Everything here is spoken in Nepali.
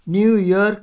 new York